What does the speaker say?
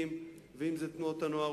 חברתיים ואם זה תנועות הנוער,